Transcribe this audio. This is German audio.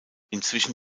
inzwischen